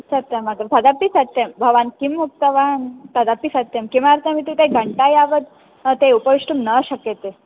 सत्यम् अग्रे तदपि सत्यं भवान् किम् उक्तवान् तदपि सत्यं किमर्थमित्युक्ते घण्टा यावत् ते उपवेष्टुं न शक्यते